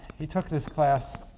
he took this class